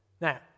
Now